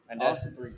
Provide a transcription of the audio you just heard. Awesome